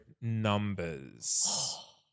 numbers